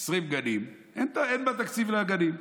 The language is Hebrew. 20 גנים, אין בתקציב לגנים.